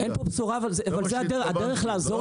אין פה בשורה, אבל הדרך לעזור